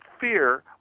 fear